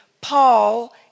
Paul